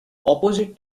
opposite